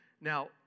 Now